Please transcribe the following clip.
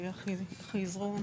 (מציגה מצגת)